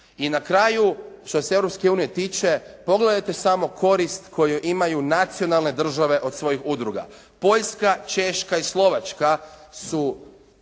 I na kraju što se Europske unije tiče pogledajte samo korist koju imaju nacionalne države od svojih udruga. Poljska, Češka i Slovačka su